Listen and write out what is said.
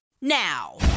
Now